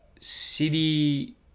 City